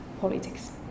politics